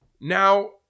now